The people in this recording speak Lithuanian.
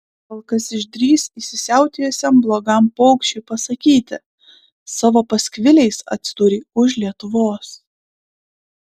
gal kas išdrįs įsisiautėjusiam blogam paukščiui pasakyti savo paskviliais atsidūrei už lietuvos